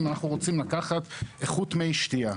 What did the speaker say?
אם אנחנו רוצים לקחת איכות מי שתייה.